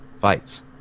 Fights